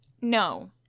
no